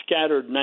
scattered